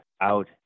out